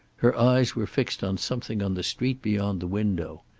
her eyes were fixed on something on the street beyond the window.